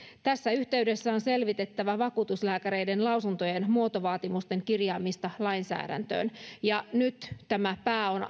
tässä yhteydessä on selvitettävä vakuutuslääkäreiden lausuntojen muotovaatimusten kirjaamista lainsäädäntöön nyt tämä